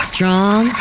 Strong